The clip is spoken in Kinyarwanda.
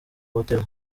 hotel